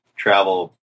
travel